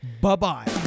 Bye-bye